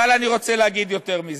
אבל אני רוצה להגיד יותר מזה: